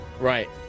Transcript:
Right